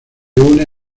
une